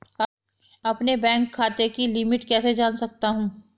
अपने बैंक खाते की लिमिट कैसे जान सकता हूं?